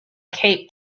cape